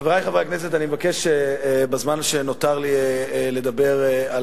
חברי חברי הכנסת, אני מבקש בזמן שנותר לי לדבר על